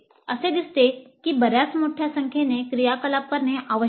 असे दिसते की बर्याच मोठ्या संख्येने क्रियाकलाप करणे आवश्यक आहे